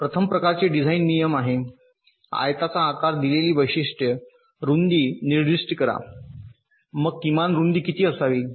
प्रथम प्रकारचे डिझाइन नियम आहे आयताचा आकार दिलेली वैशिष्ट्य रुंदी निर्दिष्ट करा मग किमान रूंदी किती असावी